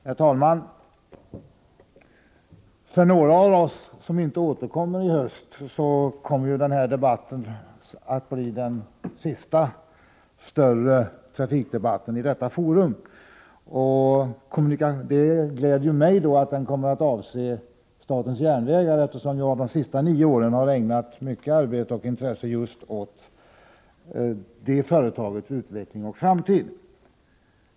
Herr talman! För några av oss som inte återkommer till riksdagen i höst kommer den här debatten att bli den sista större trafikdebatten i detta forum. Det gläder mig att den avser statens järnvägar, eftersom jag under de senaste nio åren har ägnat mycket arbete och intresse åt detta företags utveckling och framtid.